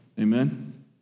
Amen